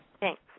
Thanks